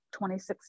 2016